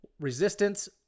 resistance